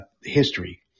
history